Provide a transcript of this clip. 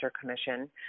commission